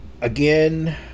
again